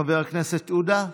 חבר הכנסת עודה,